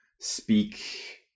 speak